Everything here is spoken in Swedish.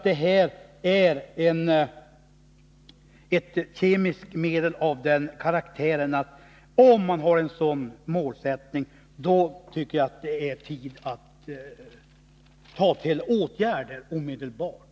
Det här är ett kemiskt medel av den karaktären att det är tid att vidta åtgärder omedelbart, om man har en sådan här målsättning.